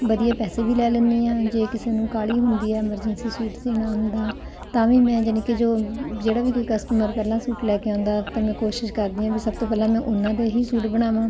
ਵਧੀਆ ਪੈਸੇ ਵੀ ਲੈ ਲੈਂਦੀ ਹਾਂ ਜੇ ਕਿਸੇ ਨੂੰ ਕਾਹਲੀ ਹੁੰਦੀ ਹੈ ਐਮਰਜੰਸੀ ਸੂਟ ਸਿਊਣਾ ਹੁੰਦਾ ਤਾਂ ਵੀ ਮੈਂ ਯਾਨੀ ਕਿ ਜੋ ਜਿਹੜਾ ਵੀ ਕੋਈ ਕਸਟਮਰ ਪਹਿਲਾਂ ਸੂਟ ਲੈ ਕੇ ਆਉਂਦਾ ਤਾਂ ਮੈਂ ਕੋਸ਼ਿਸ਼ ਕਰਦੀ ਹਾਂ ਵੀ ਸਭ ਤੋਂ ਪਹਿਲਾਂ ਮੈਂ ਉਹਨਾਂ ਦਾ ਹੀ ਸੂਟ ਬਣਾਵਾਂ